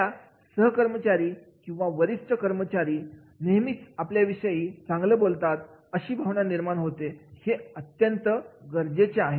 आपल्या सहकर्मचारी किंवा आपला वरिष्ठ अधिकारी नेहमीच आपल्याविषयी चांगलं बोलतात अशी भावना निर्माण होणे हे अत्यंत गरजेचे आहे